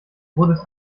wurdest